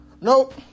Nope